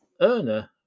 earner